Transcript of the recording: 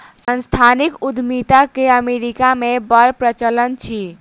सांस्थानिक उद्यमिता के अमेरिका मे बड़ प्रचलन अछि